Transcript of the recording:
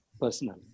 personally